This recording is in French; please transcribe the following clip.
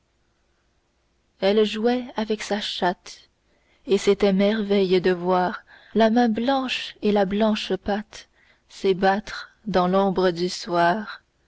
elle jouait avec sa chatte et c'était merveille de voir la main blanche et la blanche patte s'ébattre dans l'ombre du soir